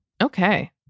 Okay